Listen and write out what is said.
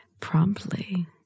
promptly